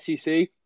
SEC